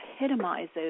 epitomizes